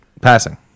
Passing